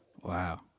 Wow